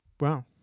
Wow